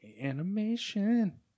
animation